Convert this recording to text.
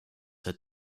said